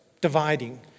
dividing